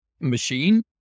machine